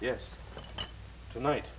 yes to night